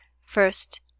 First